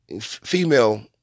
female